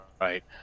Right